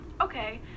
okay